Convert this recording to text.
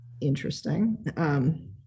interesting